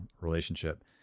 relationship